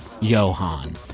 Johan